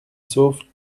soft